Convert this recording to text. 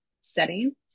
setting